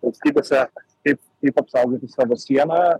valstybėse kaip apsaugoti savo sieną